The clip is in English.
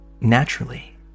Naturally